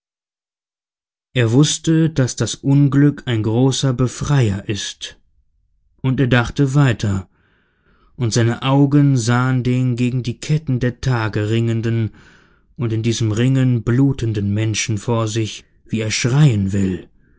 er wußte daß das unglück ein großer befreier ist und er dachte weiter und seine augen sahen den gegen die ketten der tage ringenden und in diesem ringen blutenden menschen vor sich wie er schreien will